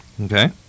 Okay